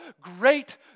Great